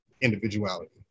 individuality